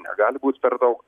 negali būt per daug